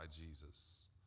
Jesus